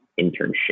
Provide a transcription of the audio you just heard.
internship